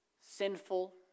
sinful